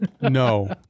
No